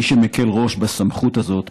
מי שמקל ראש בסמכות הזאת,